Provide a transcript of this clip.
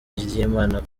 ry’imana